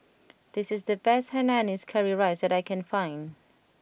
this is the best Hainanese Curry Rice that I can find